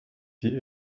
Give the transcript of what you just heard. die